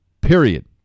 period